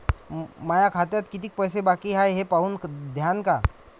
माया खात्यात कितीक पैसे बाकी हाय हे पाहून द्यान का?